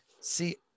See